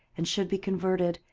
and should be converted,